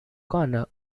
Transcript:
corner